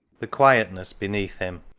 the quietness beneath him.